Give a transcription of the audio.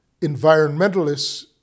environmentalists